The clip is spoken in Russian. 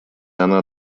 она